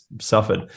suffered